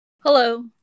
Hello